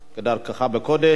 כדרכך בקודש.